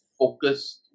focused